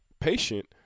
patient